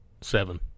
Seven